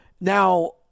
Now